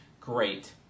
Great